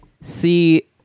see